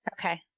Okay